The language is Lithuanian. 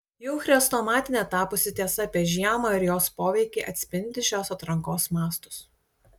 jau chrestomatine tapusi tiesa apie žiemą ir jos poveikį atspindi šios atrankos mastus